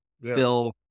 Phil